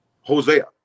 Hosea